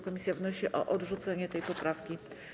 Komisja wnosi o odrzucenie tej poprawki.